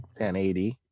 1080